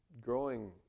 growing